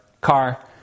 car